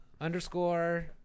underscore